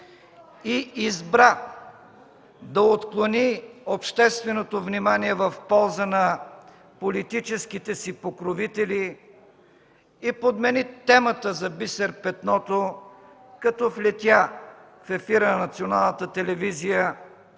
и избра да отклони общественото внимание в полза на политическите си покровители и подмени темата за Бисер Петното, като влетя в ефира на Националната телевизия